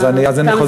אז אני חוזר,